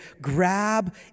grab